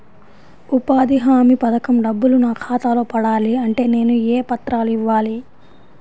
ఉపాధి హామీ పథకం డబ్బులు నా ఖాతాలో పడాలి అంటే నేను ఏ పత్రాలు ఇవ్వాలి?